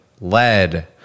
lead